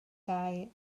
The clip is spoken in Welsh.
dau